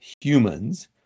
humans